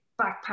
backpack